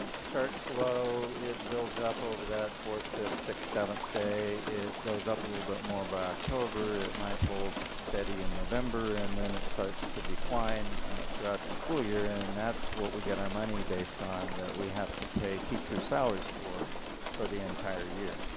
starts slow, it builds up over that fourth to sixth seventh day, it goes up a little bit more by october it might hold steady in november and then it starts to decline throughout the school year and that's what we get our money based on that we have to pay teacher salaries for for the entire year.